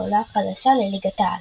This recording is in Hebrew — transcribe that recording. העולה החדשה לליגת העל.